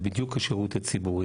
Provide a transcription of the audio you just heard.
מד"א, זה בדיוק השירות הציבורי.